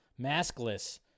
Maskless